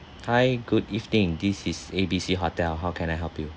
hi good evening this is A B C hotel how can I help you